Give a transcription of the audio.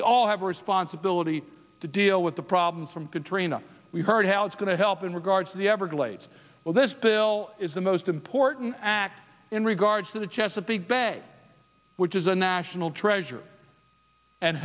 we all have a responsibility to deal with the problems from katrina we heard how it's going to help in regards to the everglades well this bill is the most important act in regards to the chesapeake bay which is a national treasure and